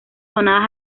donadas